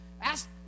ask